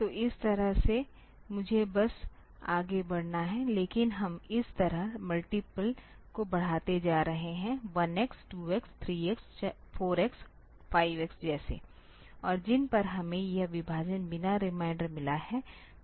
तो इस तरह से मुझे बस आगे बढ़ना है लेकिन हम इस तरह मल्टीप्ल को बढ़ाते जा रहे हैं 1x 2 x 3 x 4 x 5 x जैसे और जिन पर हमें यह विभाजन बिना रिमाइंडर मिला है